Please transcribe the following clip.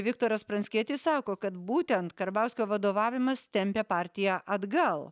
viktoras pranckietis sako kad būtent karbauskio vadovavimas tempia partiją atgal